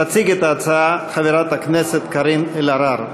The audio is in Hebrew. תציג את ההצעה חברת הכנסת קארין אלהרר,